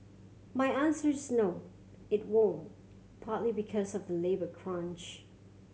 my answer is no it won't partly because of the labour crunch